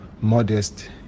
modest